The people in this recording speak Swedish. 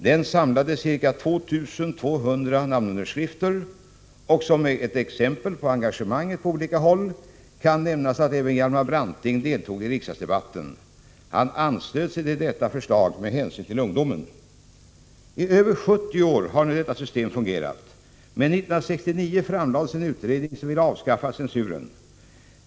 Den samlade ca 2 200 namnunderskrifter, och som exempel på engagemanget på olika håll kan nämnas att även Hjalmar Branting deltog i riksdagsdebatten. Han anslöt sig till detta förslag med hänsyn till ungdomen. IT över 70 år har nu detta system fungerat, men 1969 framlades en utredning som ville avskaffa censuren.